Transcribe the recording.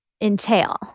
entail